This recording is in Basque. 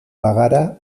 bagara